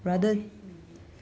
how many minutes